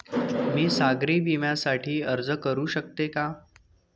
मी सागरी विम्यासाठी अर्ज करू शकते का?